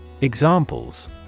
Examples